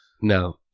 No